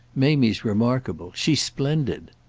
mamie's remarkable. she's splendid.